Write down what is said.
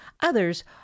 Others